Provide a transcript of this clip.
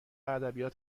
ادبیات